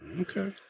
Okay